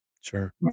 sure